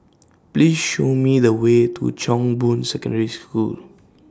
Please Show Me The Way to Chong Boon Secondary School